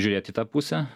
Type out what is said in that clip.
žiūrėt į tą pusę